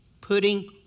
Putting